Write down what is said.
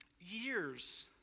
years